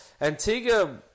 Antigua